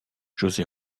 josé